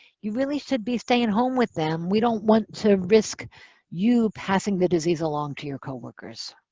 you really should be staying home with them. we don't want to risk you passing the disease along to your coworkers.